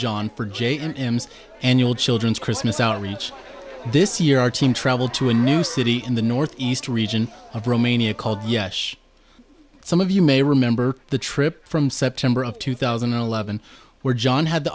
m's annual children's christmas outreach this year our team travelled to a new city in the northeast region of romania called yet some of you may remember the trip from september of two thousand and eleven where john had the